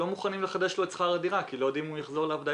לא מוכנים לחדש לו את שכר הדירה כי לא יודעים אם הוא יחזור לעבודה.